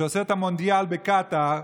שעושה את המונדיאל בקטאר,